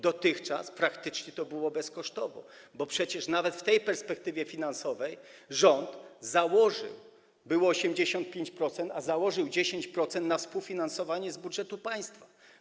Dotychczas praktycznie było to bezkosztowo, bo przecież nawet w tej perspektywie finansowej rząd założył, było 85%, 10% na współfinansowanie z budżetu państwa.